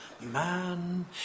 man